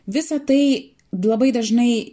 visa tai labai dažnai